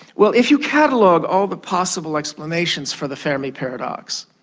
well, if you catalogue all the possible explanations for the fermi paradox,